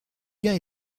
gain